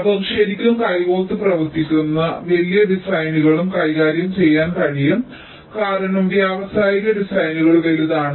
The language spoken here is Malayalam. അവർ ശരിക്കും കൈകോർത്ത് പ്രവർത്തിക്കുന്നു അവർക്ക് വലിയ ഡിസൈനുകളും കൈകാര്യം ചെയ്യാൻ കഴിയും കാരണം വ്യാവസായിക ഡിസൈനുകൾ വലുതാണ്